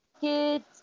kids